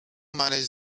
manage